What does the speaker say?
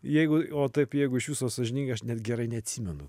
jeigu o taip jeigu iš viso sąžiningai aš net gerai neatsimenu